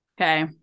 Okay